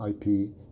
IP